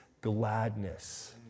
gladness